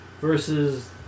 versus